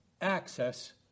access